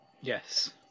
Yes